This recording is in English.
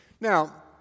Now